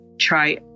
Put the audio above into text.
try